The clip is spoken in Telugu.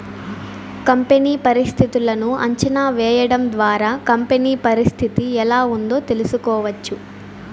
కంపెనీ పరిస్థితులను అంచనా వేయడం ద్వారా కంపెనీ పరిస్థితి ఎలా ఉందో తెలుసుకోవచ్చు